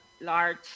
large